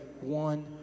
one